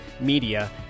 media